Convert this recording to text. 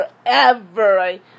forever